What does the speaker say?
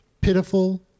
pitiful